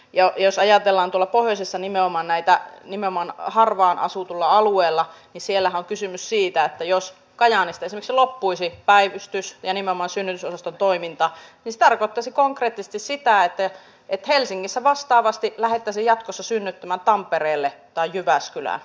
ja jos ajatellaan tuolla pohjoisessa nimenomaan harvaan asuttuja alueita niin siellähän on kysymys siitä että jos kajaanista esimerkiksi loppuisi päivystys ja nimenomaan synnytysosaston toiminta niin se tarkoittaisi konkreettisesti sitä että helsingistä vastaavasti lähdettäisiin jatkossa synnyttämään tampereelle tai jyväskylään